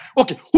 okay